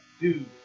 dude